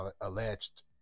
alleged